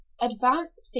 Advanced